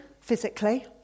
physically